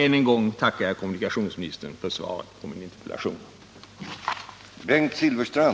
Än en gång tackar jag kommunikationsministern för svaret på min interpellation.